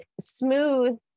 smooth